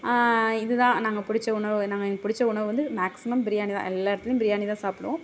இதுதான் நாங்கள் பிடிச்ச உணவு நாங்கள் பிடிச்ச உணவு வந்து மேக்ஸிமம் பிரியாணிதான் எல்லாத்திலயும் பிரியாணிதான் சாப்பிடுவோம்